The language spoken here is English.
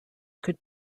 could